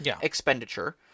expenditure